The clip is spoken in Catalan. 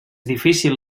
difícil